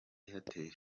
airtel